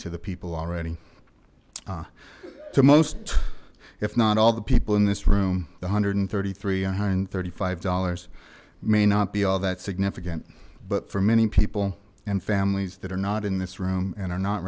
to the people already to most if not all the people in this room one hundred thirty three one hundred thirty five dollars may not be all that significant but for many people and families that are not in this room and are not